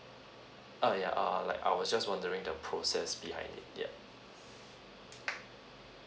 uh yeah err like I was just wondering the process behind it yeah